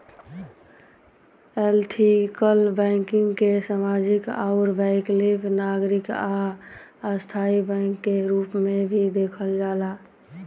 ethical banking के सामाजिक आउर वैकल्पिक नागरिक आ स्थाई बैंक के रूप में भी देखल जाला